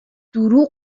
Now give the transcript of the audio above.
دروغ